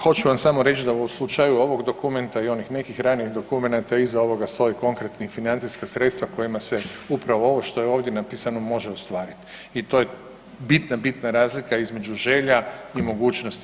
Hoću vam samo reći da u slučaju ovog dokumenta i onih nekih ranijih dokumenata, iza ovoga stoji konkretna financijska sredstva kojima se upravo ovo što je ovdje napisano, može ostvariti i to je bitna, bitna razlika između želja i mogućnosti.